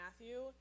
Matthew